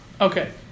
Okay